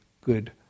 good